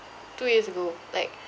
two years ago like